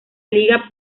liga